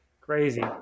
Crazy